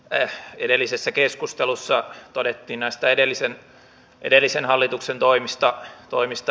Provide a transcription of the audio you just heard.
tässä edellisessä keskustelussa todettiin näistä edellisen hallituksen toimista